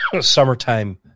summertime